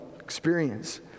experience